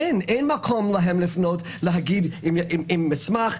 אין להם מקום לפנות עם מסמך,